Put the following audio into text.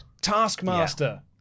Taskmaster